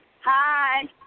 Hi